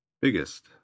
Biggest